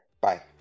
Bye